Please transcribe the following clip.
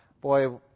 boy